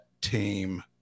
team